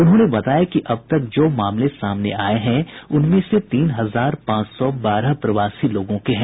उन्होंने बताया कि अब तक जो मामले सामने आये हैं उनमें से तीन हजार पांच सौ बारह प्रवासी लोगों के हैं